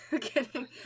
kidding